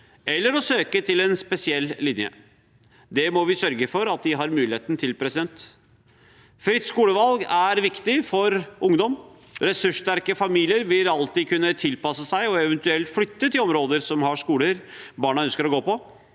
eller å søke på en spesiell linje. Det må vi sørge for at de har muligheten til. Fritt skolevalg er viktig for ungdom. Ressurssterke familier vil alltid kunne tilpasse seg og eventuelt flytte til områder som har skoler barna ønsker å gå på.